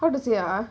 how to say ah